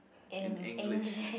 in English